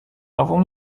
nową